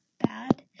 bad